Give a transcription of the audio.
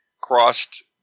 crossed